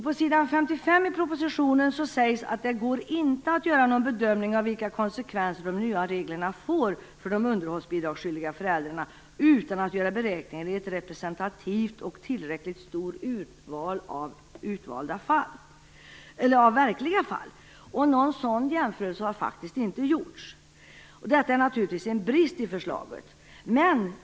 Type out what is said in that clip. På s. 55 i propositionen sägs att det "går inte att göra någon bedömning av vilka konsekvenser de nya reglerna får för de underhållsbidragsskyldiga föräldrarna utan att göra beräkningar i ett representativt och tillräckligt stort urval av verkliga fall. Någon sådan jämförelse har inte gjorts." Det är naturligtvis en brist i förslaget.